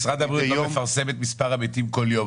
משרד הבריאות לא מפרסם את מספר המתים כל יום,